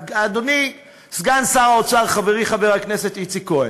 אדוני סגן שר האוצר, חברי חבר הכנסת איציק כהן,